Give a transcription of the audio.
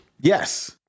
Yes